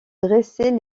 dressaient